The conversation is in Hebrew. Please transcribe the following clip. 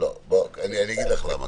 אני אגיד לך למה,